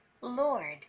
Lord